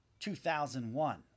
2001